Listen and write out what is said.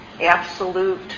absolute